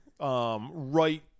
right